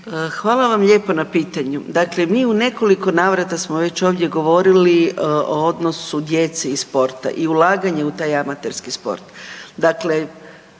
Hvala vam lijepo na pitanju. Dakle, mi u nekoliko navrata smo već ovdje govorili o odnosu djece i sporta i ulaganje u taj amaterski sport.